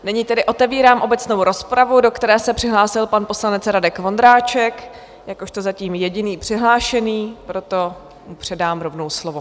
Nyní tedy otevírám obecnou rozpravu, do které se přihlásil pan poslanec Radek Vondráček jakožto zatím jediný přihlášený, proto mu předám rovnou slovo.